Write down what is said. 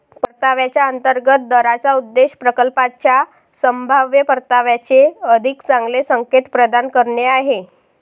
परताव्याच्या अंतर्गत दराचा उद्देश प्रकल्पाच्या संभाव्य परताव्याचे अधिक चांगले संकेत प्रदान करणे आहे